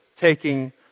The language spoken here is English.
taking